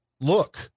Look